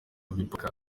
mipaka